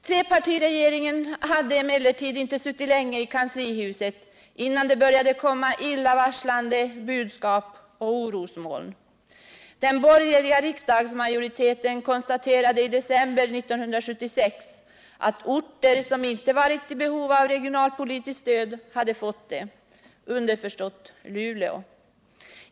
Trepartiregeringen hade emellertid inte suttit länge i kanslihuset förrän det började komma illavarslande budskap och orosmoln. Den borgerliga riksdagsmajoriteten konstaterade i december 1976 att orter som inte hade varit i behov av regionalpolitiskt stöd hade fått det — underförstått Luleå.